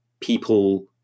people